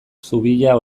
zubia